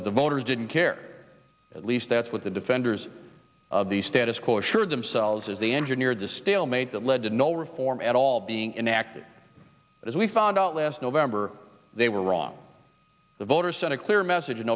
that the voters didn't care at least that's what the defenders of the status quo assure themselves as the engineer the stalemate that led to no reform at all being enacted as we found out last november they were wrong the voters sent a clear message in